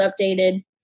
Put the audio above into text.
updated